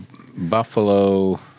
Buffalo